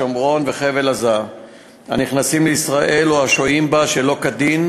שומרון וחבל-עזה הנכנסים לישראל או השוהים בה שלא כדין,